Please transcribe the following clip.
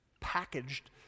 packaged